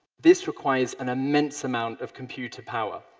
this requires an immense amount of computer power,